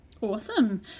Awesome